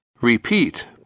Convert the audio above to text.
Repeat